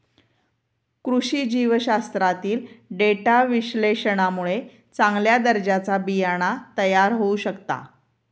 कृषी जीवशास्त्रातील डेटा विश्लेषणामुळे चांगल्या दर्जाचा बियाणा तयार होऊ शकता